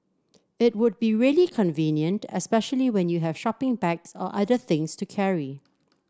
it would be really convenient especially when you have shopping bags or other things to carry